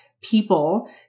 people